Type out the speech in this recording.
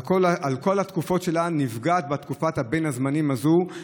בכל התקופות שלה, נפגעת בתקופת בין הזמנים הזאת.